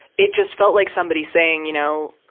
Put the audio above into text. it just felt like somebody saying, you know,